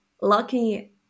lucky